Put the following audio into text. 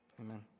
Amen